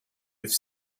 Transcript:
with